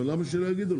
אבל למה שלא יגידו לו?